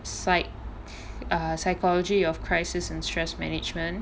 ah psychology of crisis and stress management